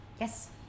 yes